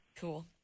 cool